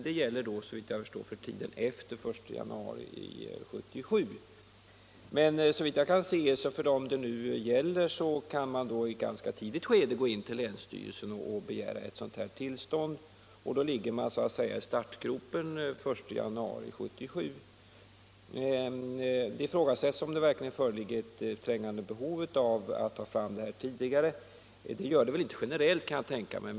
Det gäller då för tiden efter den 1 januari 1977. De som det nu är fråga om kan, såvitt jag förstår, i ett ganska tidigt skede begära sådant tillstånd hos länsstyrelsen. Då ligger man så att säga i startgroparna den 1 januari Det ifrågasätts om det verkligen föreligger ett trängande behov av att få fram detta tidigare. Det gör det väl inte generellt, kan jag tänka mig.